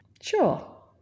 Sure